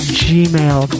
gmail